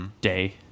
Day